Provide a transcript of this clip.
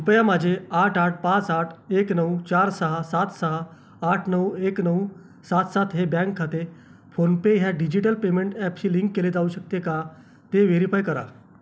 कृपया माझे आठ आठ पाच आठ एक नऊ चार सहा सात सहा आठ नऊ एक नऊ सात सात हे बँक खाते फोनपे ह्या डिजिटल पेमेंट ॲपशी लिंक केले जाऊ शकते का ते व्हेरीफाय करा